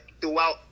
throughout